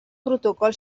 protocol